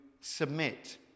submit